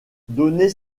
données